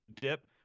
dip